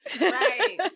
Right